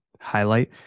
highlight